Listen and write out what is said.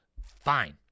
fine